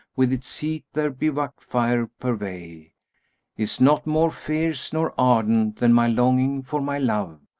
with its heat, their bivouac-fire purvey is not more fierce nor ardent than my longing for my love,